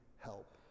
help